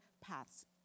paths